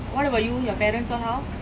what about you your parents all how